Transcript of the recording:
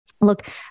look